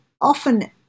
often